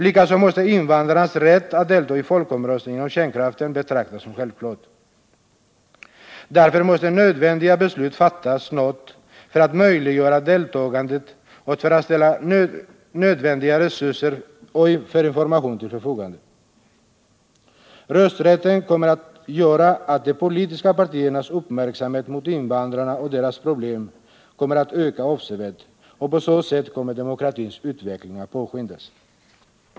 Likaså måste invandrarnas rätt att delta i folkomröstningen om kärnkraft betraktas som självklar. Därför måste nödvändiga beslut snarast fattas för att möjliggöra detta deltagande och för att ställa nödvändiga resurser för information till förfogande. Rösträtten för invandrare kommer att göra att de politiska partiernas uppmärksamhet gentemot invandrarna och deras problem kommer att öka avsevärt. På så sätt kommer demokratins utveckling att påskyndas.